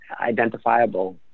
identifiable